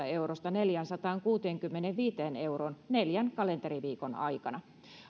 eurosta neljäänsataankuuteenkymmeneenviiteen euroon neljän kalenteriviikon aikana